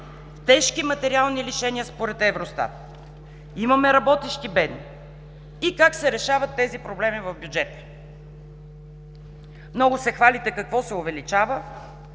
тежки материали лишения, според ЕВРОСТАД. Имаме работещи бедни. Как се решават тези проблеми в бюджета? Много се хвалите какво се увеличава,